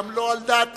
גם לא על דעתי,